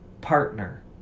partner